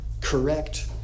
correct